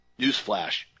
newsflash